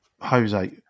Jose